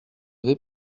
vais